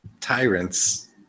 tyrants